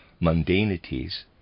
mundanities